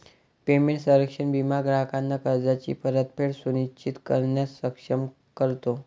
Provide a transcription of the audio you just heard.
payment संरक्षण विमा ग्राहकांना कर्जाची परतफेड सुनिश्चित करण्यास सक्षम करतो